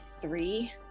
three